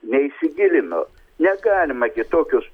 neįsigilino negalima gi tokius